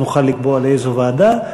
אז נוכל לקבוע לאיזו ועדה.